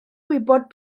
gwybod